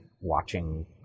watching